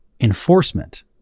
enforcement